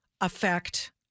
affect